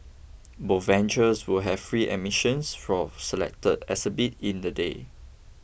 more ventures will have free admissions for selected exhibits in the day